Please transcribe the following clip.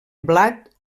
blat